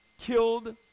killed